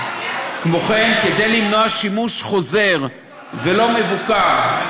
כמו כן, כדי למנוע שימוש חוזר ולא מבוקר,